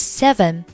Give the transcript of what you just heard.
seven